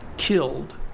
killed